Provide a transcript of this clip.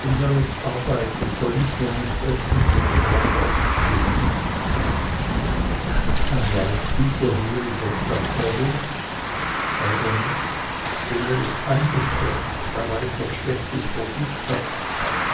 denn wer nicht arbeitet soll nicht nur nicht essen sondern braucht auch nicht zu lieben und läuft dieser hier in der stadt herum leider nicht denn er ist eingesperrt weil er etwas schlechtes verübt hat